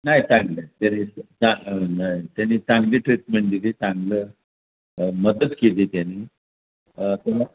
नाही चांगलं आहे त्याने हां नाही त्यांनी चांगली ट्रीटमेंट दिली चांगलं मदत केली त्यांनी तुम्हा